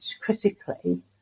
critically